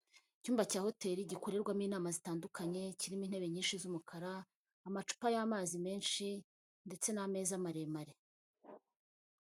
Icyumba cya hotelI gikorerwamo inama zitandukanye kirimo intebe nyinshi z'umukara, amacupa y'amazi menshi ndetse n'ameza maremare.